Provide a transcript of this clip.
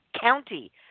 County